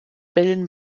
bilden